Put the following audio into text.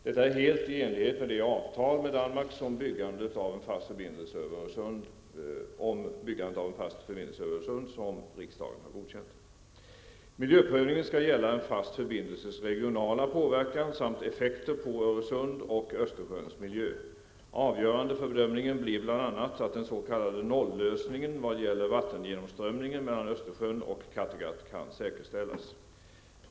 Detta är helt i enlighet med det avtal med Danmark om byggandet av en fast förbindelse över Öresund som riksdagen har godkänt. Miljöprövningen skall gälla en fast förbindelses regionala påverkan samt effekter på Öresund och Östersjöns miljö. Avgörande för bedömningen blir bl.a. att den s.k. nollösningen vad gäller vattengenomströmningen mellan Östersjön och Kattegatt kan säkerställas.